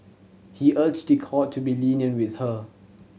he urged the court to be lenient with her